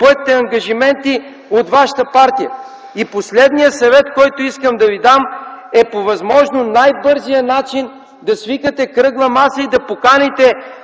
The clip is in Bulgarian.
поетите ангажименти от вашата партия. Последният съвет, който искам да Ви дам, е по възможно най-бързия начин да свикате кръгла маса и да поканите